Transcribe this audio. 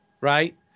Right